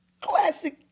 classic